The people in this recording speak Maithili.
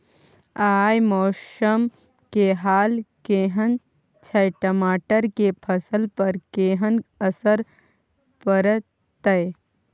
आय मौसम के हाल केहन छै टमाटर के फसल पर केहन असर परतै?